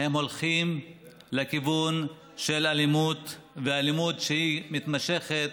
הם הולכים לכיוון של אלימות, ואלימות מתמשכת